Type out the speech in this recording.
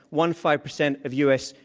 one five percent of u. s.